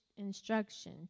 instruction